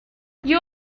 you